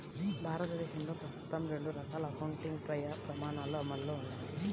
భారతదేశంలో ప్రస్తుతం రెండు రకాల అకౌంటింగ్ ప్రమాణాలు అమల్లో ఉన్నాయి